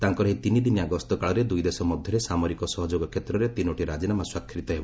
ତାଙ୍କର ଏହି ତିନିଦିନିଆ ଗସ୍ତ କାଳରେ ଦୁଇ ଦେଶ ମଧ୍ୟରେ ସାମରିକ ସହଯୋଗ କ୍ଷେତ୍ରରେ ତିନୋଟି ରାଜିନାମା ସ୍ୱାକ୍ଷରିତ ହେବ